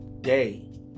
day